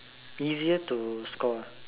easier to score ah